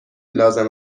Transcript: لازم